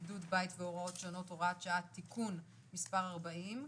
(בידוד בית והראות שונות) (הוראת שעה) (תיקון מס' 40),